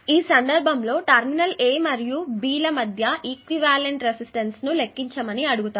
ఈ సందర్భంలో terminal A మరియు B ల మధ్య ఈక్వివలెంట్ రెసిస్టెన్స్ ను లెక్కించమని అడిగారు